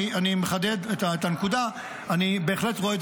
אני מחדד את הנקודה: אני בהחלט רואה את